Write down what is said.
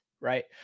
right